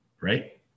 right